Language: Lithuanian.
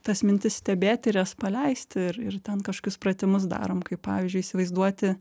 tas mintis stebėti ir jas paleisti ir ir ten kažkokius pratimus darom kaip pavyzdžiui įsivaizduoti